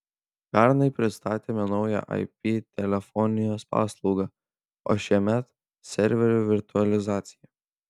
pernai pristatėme naują ip telefonijos paslaugą o šiemet serverių virtualizaciją